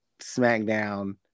SmackDown